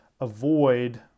avoid